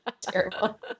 Terrible